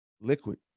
liquid